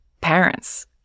parents